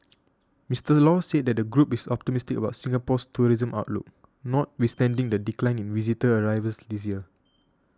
Mister Law said the group is optimistic about Singapore's tourism outlook notwithstanding the decline in visitor arrivals this year